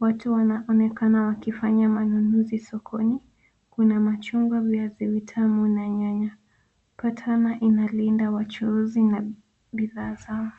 Watu wanaonekana wakifanya manunuzi sokoni. Kuna machungwa, viazi vitamu na nyanya. Patana inalinda wachuuzi na bidhaa zao.